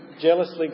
jealously